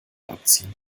abziehen